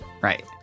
right